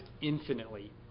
infinitely